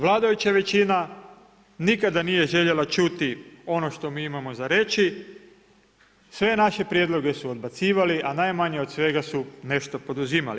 Vladajuća većina nikada nije željela čuti ono što mi imamo za reći, sve naše prijedloge su odbacivali a najmanje od svega su nešto poduzimali.